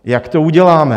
Jak to uděláme?